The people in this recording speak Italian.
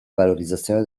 valorizzazione